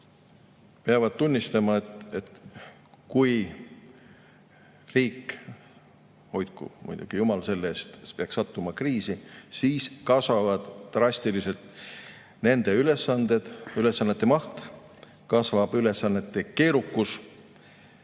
peavad tunnistama, et kui riik – hoidku muidugi jumal selle eest! – peaks sattuma kriisi, siis kasvavad drastiliselt nende ülesanded, ülesannete maht, [muutub] ülesannete keerukus